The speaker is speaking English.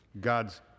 God's